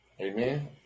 Amen